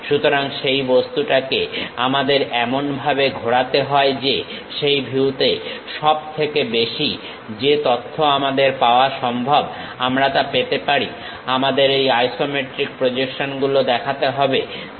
সুতরাং সেই বস্তুটাকে আমাদের এমনভাবে ঘোরাতে হয় যে সেই ভিউতে সবথেকে বেশি যে তথ্য আমাদের পাওয়া সম্ভব আমরা তা পেতে পারি আমাদের এই আইসোমেট্রিক প্রজেকশনগুলো দেখাতে হবে